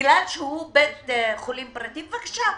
בגלל שהוא בית חולים פרטי בבקשה,